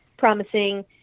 promising